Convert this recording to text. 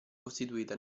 costituita